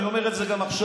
אני אומר את זה גם עכשיו,